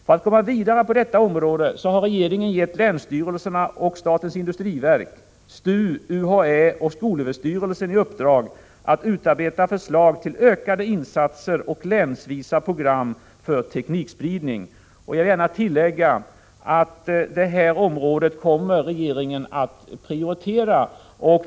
För att komma vidare på detta område har regeringen gett länsstyrelserna och statens industriverk, STU, UHÄ och skolöverstyrelsen i uppdrag att utarbeta förslag till ökade insatser och länsvisa program för teknikspridning. Jag vill gärna tillägga att regeringen kommer att prioritera det här området.